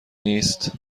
نیست